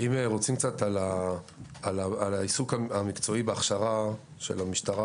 אם אתם רוצים לשמוע קצת על העיסוק המקצועי בהכשרה של המשטרה